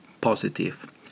positive